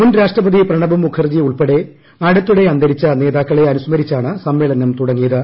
മുൻ രാഷ്ട്രപതി പ്രബണ് മുഖർജി ഉൾപ്പെടെ അടുത്തിടെ അന്തരിച്ച നേതാക്കളെ അനുസ്മരിച്ചാണ് സമ്മേളനം തുടങ്ങിയത്